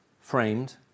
framed